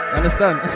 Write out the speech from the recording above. understand